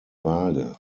vage